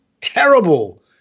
terrible